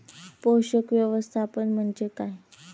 पोषक व्यवस्थापन म्हणजे काय?